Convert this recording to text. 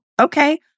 okay